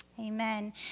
Amen